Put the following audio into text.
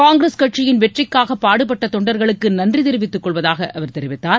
காங்கிரஸ் கட்சியின் வெற்றிக்காக பாடுபட்ட தொண்டர்களுக்கு நன்றி தெரிவித்துக் கொள்வதாக அவர் தெரிவித்தார்